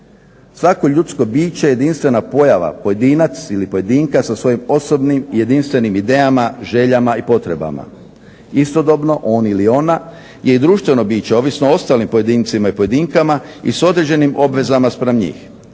Svako ljudsko biće je jedinstvena pojava, pojedinac ili pojedinka sa svojim osobnim, jedinstvenim idejama, željama i potrebama. Istodobno, on ili ona je i društveno biće, ovisno o ostalim pojedincima i pojedinkama i s određenim obvezama spram njih.